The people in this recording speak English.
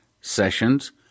Sessions